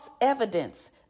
evidence